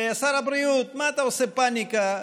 שר הבריאות, מה אתה עושה פניקה?